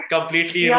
Completely